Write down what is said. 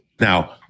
Now